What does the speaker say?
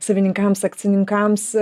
savininkams akcininkams